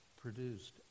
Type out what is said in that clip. produced